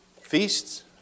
feasts